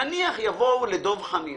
נניח יבואו לדב חנין